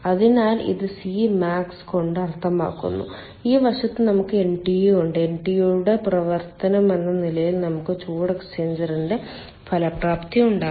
അതിനാൽ ഇത് c max കൊണ്ട് അർത്ഥമാക്കുന്നു ഈ വശത്ത് നമുക്ക് NTU ഉണ്ട് NTU യുടെ പ്രവർത്തനമെന്ന നിലയിൽ നമുക്ക് ചൂട് എക്സ്ചേഞ്ചറിന്റെ ഫലപ്രാപ്തി ഉണ്ടാകും